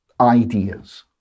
ideas